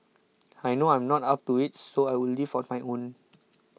I know I'm not up to it so I will leave on my own